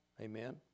Amen